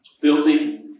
Filthy